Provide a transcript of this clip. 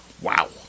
Wow